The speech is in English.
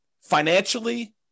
financially